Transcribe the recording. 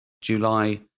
July